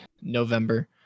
November